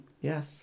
Yes